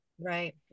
Right